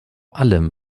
allem